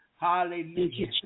Hallelujah